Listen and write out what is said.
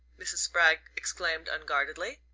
mrs. spragg exclaimed unguardedly.